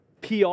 PR